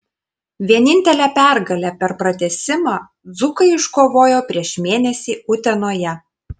vienintelę pergalę per pratęsimą dzūkai iškovojo prieš mėnesį utenoje